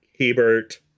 Hebert